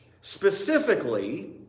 specifically